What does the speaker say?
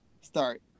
start